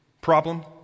problem